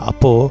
Apo